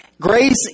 Grace